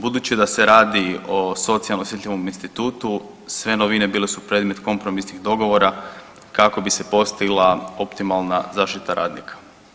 Budući da se radi o socijalno osjetljivom institutu sve novine bile su predmet kompromisnih dogovora, kako bi se postigla optimalna zaštita radnika.